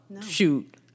Shoot